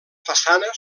façana